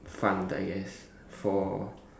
fun I guess for